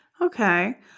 Okay